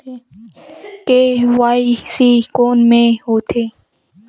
KYC कोन में होथे?